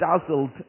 dazzled